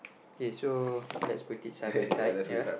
okay so lets predict side by side ya